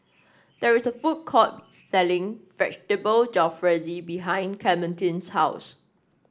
there is a food court selling Vegetable Jalfrezi behind Clementine's house